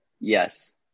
Yes